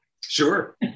Sure